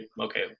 Okay